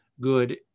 good